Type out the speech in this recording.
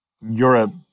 Europe